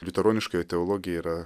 liuteroniškoji teologija yra